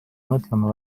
mõtlema